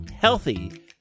healthy